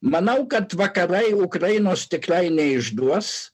manau kad vakarai ukrainos tikrai neišduos